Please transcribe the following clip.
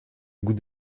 goût